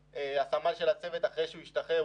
הצוות אחרי שהוא השתחרר,